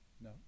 No